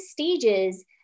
stages